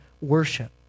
worship